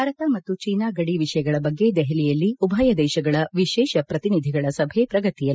ಭಾರತ ಮತ್ತು ಚೀನಾ ಗಡಿ ವಿಷಯಗಳ ಬಗ್ಗೆ ದೆಹಲಿಯಲ್ಲಿ ಉಭಯ ದೇಶಗಳ ವಿಶೇಷ ಪ್ರತಿನಿಧಿಗಳ ಸಭೆ ಪ್ರಗತಿಯಲ್ಲಿ